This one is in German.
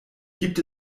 gibt